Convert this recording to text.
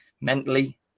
mentally